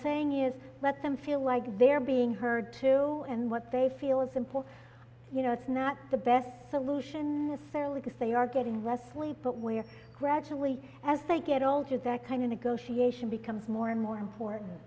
saying is let them feel like they're being heard to and what they feel is important you know it's not the best solution is fairly to say are getting less sleep but we're gradually as they get older that kind of negotiation becomes more and more important